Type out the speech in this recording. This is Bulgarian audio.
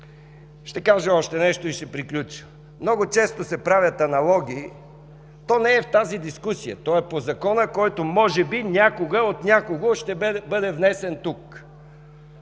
Ще кажа още нещо и ще приключа. Много често се правят аналогии – то не е в тази дискусия, то е по закона, който може би някога от някого ще бъде внесен тук